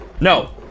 No